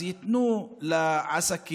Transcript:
אז ייתנו לעסקים,